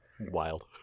Wild